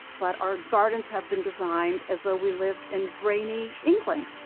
but our gardens have been designed as though we lived in rainy england.